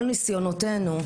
כל ניסיונותינו,